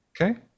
Okay